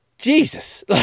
Jesus